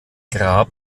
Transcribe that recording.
grab